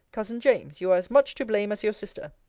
cousin james, you are as much to blame as your sister.